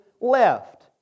left